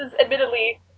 admittedly